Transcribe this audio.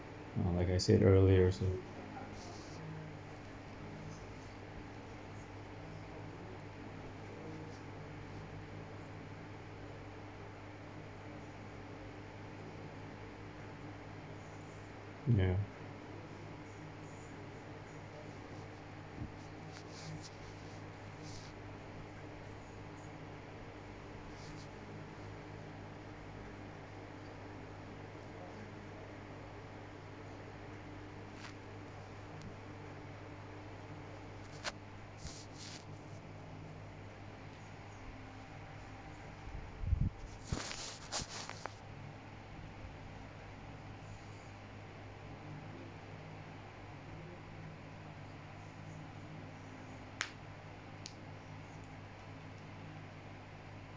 uh like I said earlier so ya